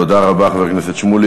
תודה רבה, חבר הכנסת שמולי.